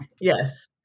Yes